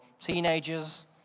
teenagers